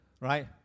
Right